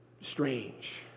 strange